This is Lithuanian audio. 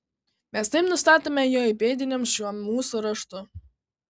mes taip nustatome jo įpėdiniams šiuo mūsų raštu